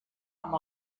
amb